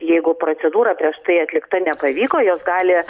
jeigu procedūra prieš tai atlikta nepavyko jos gali